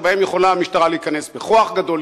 שבהם יכולה המשטרה להיכנס בכוח גדול,